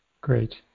Great